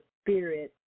Spirit